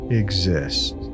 exist